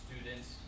students